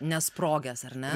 nesprogęs ar ne